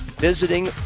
visiting